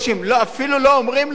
אפילו לא אומרים לו: